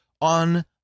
on